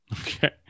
Okay